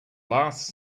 last